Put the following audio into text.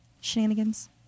shenanigans